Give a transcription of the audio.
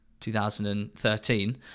2013